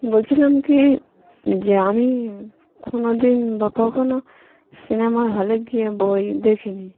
বলছিলাম কি যে আমি কোনো দিন বা কখনও সিনেমা হলে গিয়ে বই দেখিনি